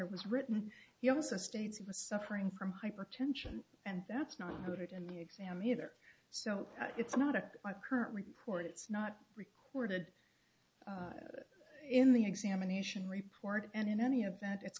ter was written he also states he was suffering from hypertension and that's not good and the exam either so it's not at my current report it's not recorded in the examination report and in any event it's